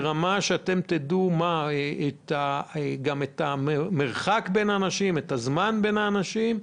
זה יהיה ברמה שתדעו את המרחק בין האנשים ואת הזמן בין האנשים?